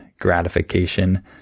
gratification